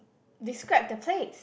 describe the place